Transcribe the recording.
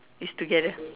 it's together